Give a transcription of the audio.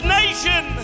nation